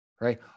right